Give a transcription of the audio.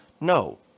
no